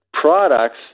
products